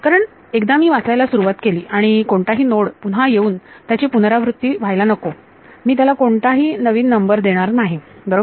कारण एकदा मी वाचायला सुरुवात केली आणि कोणताही नोड पुन्हा येऊन त्याची पुनरावृत्ती व्हायला नको मी त्याला कोणताही नवीन नंबर देणार नाही बरोबर